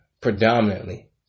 predominantly